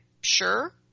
sure